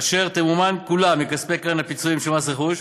אשר תמומן כולה מכספי קרן הפיצויים של מס רכוש.